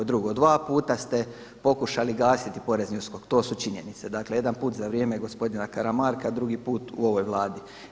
Drugo, dva puta ste pokušali gasiti Porezni USKOK, to su činjenice, dakle jedan put za vrijeme gospodina Karamarka a drugi put u ovoj Vladi.